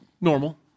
normal